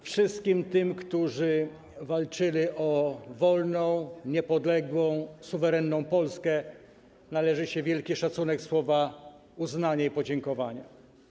Wszystkim tym, którzy walczyli o wolną, niepodległą, suwerenną Polskę, należy się wielki szacunek, słowa uznania i podziękowania.